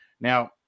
Now